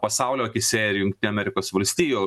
pasaulio akyse ir jungtinių amerikos valstijų